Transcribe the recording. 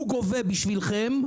הוא גובה בשבילכם,